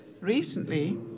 Recently